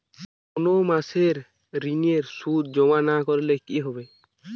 কোনো মাসে ঋণের সুদ জমা না করলে কি হবে?